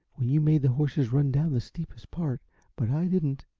when you made the horses run down the steepest part but i didn't,